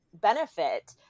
benefit